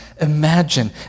Imagine